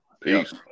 Peace